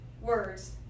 words